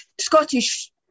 Scottish